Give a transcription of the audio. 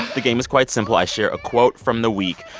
the game is quite simple. i share a quote from the week.